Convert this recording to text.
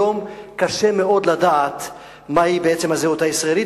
היום קשה מאוד לדעת מהי בעצם הזהות הישראלית,